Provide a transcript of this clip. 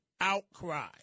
outcry